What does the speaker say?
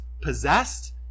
possessed